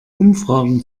umfragen